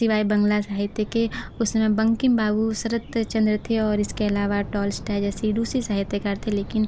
सिवाय बंग्ला साहित्य के उस समय बंकिम बाबू सरतचन्द्र थे और इसके अलावा टॉल इस्टाय जैसे रूसी साहित्यकार थे लेकिन